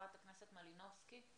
חברת הכנסת מלינובסקי.